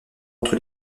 entre